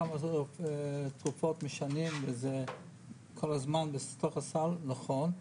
כמה תרופות לשנים וזה כל הזמן בתוך הסל נכון,